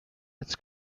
its